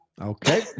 Okay